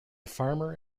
farmer